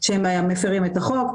שהם מפרים את החוק.